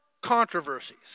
controversies